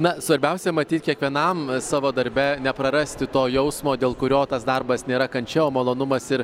na svarbiausia matyt kiekvienam savo darbe neprarasti to jausmo dėl kurio tas darbas nėra kančia o malonumas ir